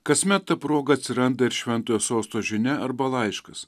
kasmet ta proga atsiranda ir šventojo sosto žinia arba laiškas